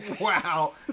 wow